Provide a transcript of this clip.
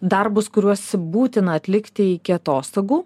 darbus kuriuos būtina atlikti iki atostogų